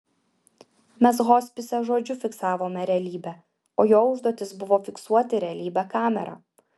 mes hospise žodžiu fiksavome realybę o jo užduotis buvo fiksuoti realybę kamera